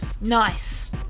Nice